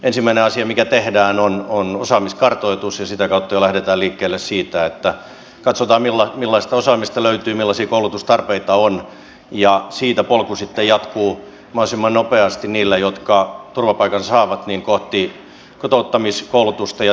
ensimmäinen asia mikä tehdään on osaamiskartoitus ja sitä kautta jo lähdetään liikkeelle katsotaan millaista osaamista löytyy millaisia koulutustarpeita on ja siitä polku sitten jatkuu mahdollisimman nopeasti niillä jotka turvapaikan saavat kohti kotouttamiskoulutusta ja työelämää